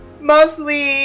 mostly